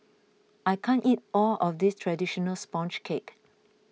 I can't eat all of this Traditional Sponge Cake